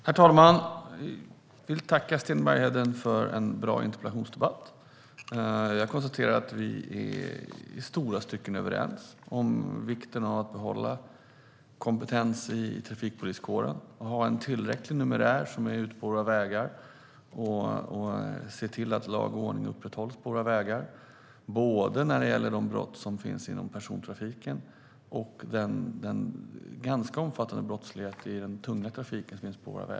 Herr talman! Jag vill tacka Sten Bergheden för en bra interpellationsdebatt. Jag konstaterar att vi i stora stycken är överens om vikten av att behålla kompetens i trafikpoliskåren och att vi har en tillräcklig numerär på våra vägar som ser till att lag och ordning upprätthålls. Det gäller de brott som finns inom persontrafiken och den ganska omfattande brottsligheten inom den tunga trafiken.